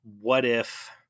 what-if